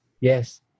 Yes